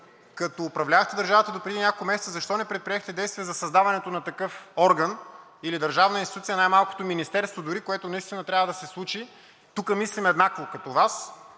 като управлявахте държавата до преди няколко месеца, защо не предприехте действия за създаването на такъв орган или държавна институция? Най-малкото министерство дори, което наистина трябва да случи. Тук мислим еднакво като Вас.